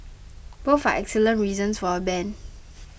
both are excellent reasons for a ban